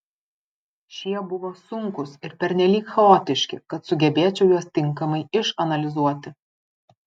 šie buvo sunkūs ir pernelyg chaotiški kad sugebėčiau juos tinkamai išanalizuoti